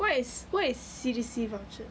what is what is C_D_C voucher